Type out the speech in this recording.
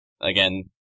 again